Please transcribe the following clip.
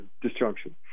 disjunction